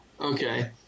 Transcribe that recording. Okay